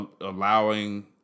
allowing